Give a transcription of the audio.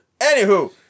Anywho